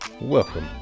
Welcome